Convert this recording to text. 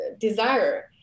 desire